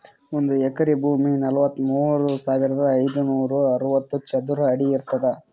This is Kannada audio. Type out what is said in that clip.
ಒಂದ್ ಎಕರಿ ಭೂಮಿ ನಲವತ್ಮೂರು ಸಾವಿರದ ಐನೂರ ಅರವತ್ತು ಚದರ ಅಡಿ ಇರ್ತದ